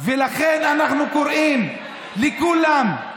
ולכן אנחנו קוראים לכולם,